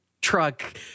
Truck